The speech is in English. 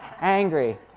angry